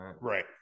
right